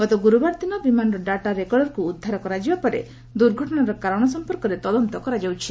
ଗତ ଗୁରୁବାର ଦିନ ବିମାନର ଡାଟା ରେକର୍ଡକୁ ଉଦ୍ଧାର କରାଯିବା ପରେ ଦୂର୍ଘଟଣାର କାରଣ ସମ୍ପର୍କରେ ତଦନ୍ତ କରାଯାଉଛି